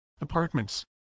apartments